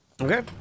Okay